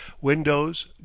windows